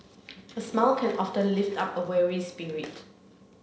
a smile can often lift up a weary spirit